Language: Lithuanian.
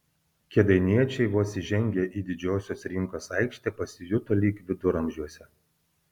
kėdainiečiai vos įžengę į didžiosios rinkos aikštę pasijuto lyg viduramžiuose